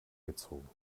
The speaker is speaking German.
gezogen